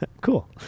Cool